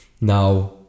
Now